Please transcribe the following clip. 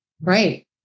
Right